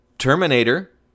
Terminator